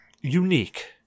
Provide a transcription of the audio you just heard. unique